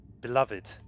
beloved